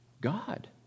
God